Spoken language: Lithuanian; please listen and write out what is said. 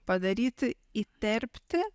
padaryti įterpti